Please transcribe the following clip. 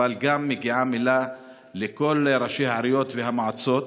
אבל מגיע גם לכל ראשי העיריות והמועצות